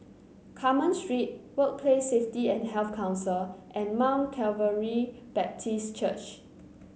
Carmen Street Workplace Safety and Health Council and Mount Calvary Baptist Church